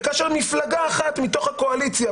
וכאשר מפלגה אחת מתוך הקואליציה,